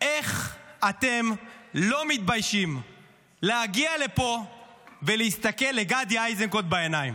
איך אתם לא מתביישים להגיע לפה ולהסתכל לגדי איזנקוט בעיניים?